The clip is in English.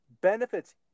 benefits